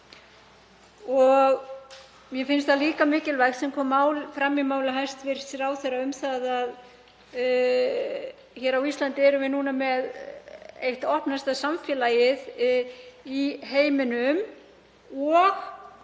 Mér finnst það líka mikilvægt sem kom fram í máli hæstv. ráðherra um að á Íslandi séum við núna með eitt opnasta samfélagið í heiminum og